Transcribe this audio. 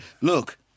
Look